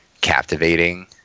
captivating